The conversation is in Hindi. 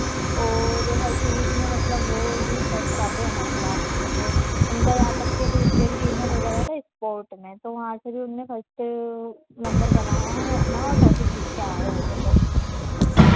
और हर चीज़ में मतलब वो ही फर्स्ट आते हैं हमारी क्लास में से उनका यहाँ तक कि अभी उज्जैन टीम में भेजा गया था स्पोर्ट में तो वहाँ से जो उनने फर्स्ट नंबर बनाया है अपना और ट्रॉफ़ी जीत के आए हैं वो लोग